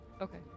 Okay